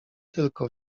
tylko